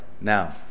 now